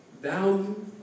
value